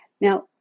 Now